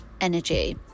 energy